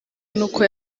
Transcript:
n’uko